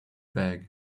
bag